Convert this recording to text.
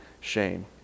shame